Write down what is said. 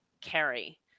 carry